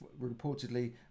reportedly